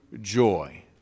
joy